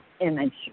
image